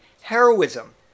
heroism